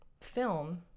film